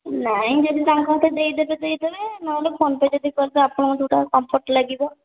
ନାହିଁ ଯଦି ତାଙ୍କ ହାତରେ ଦେଇଦେବେ ଦେଇଦେବେ ନହେଲେ ଫୋନ୍ ପେ ଯଦି କରିଦେବେ ଆପଣଙ୍କୁ ଯେଉଁଟା କମ୍ଫଟ ଲାଗିବ